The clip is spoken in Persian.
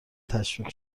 تشویق